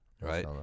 right